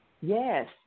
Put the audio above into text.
yes